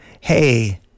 hey